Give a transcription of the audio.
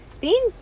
Bean